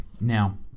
Now